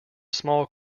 small